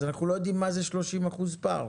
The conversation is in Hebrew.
אז אנחנו לא יודעים מה זה 30% פער,